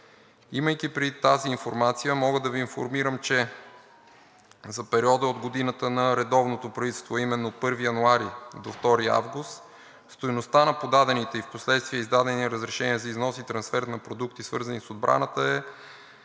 Имайки предвид тази информация, мога да Ви информирам, че за периода от годината на редовното правителство, а именно 1 януари до 2 август, стойността на подадените и впоследствие издадени разрешения за износ и трансфер на продукти, свързани с отбраната, е